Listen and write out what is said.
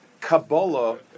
Kabbalah